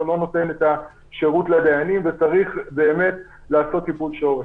לא נותן את השירות לדיינים וצריך באמת לעשות טיפול שורש.